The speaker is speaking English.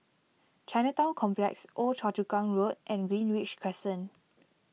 Chinatown Complex Old Choa Chu Kang Road and Greenridge Crescent